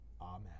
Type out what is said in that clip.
amen